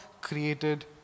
created